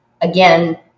again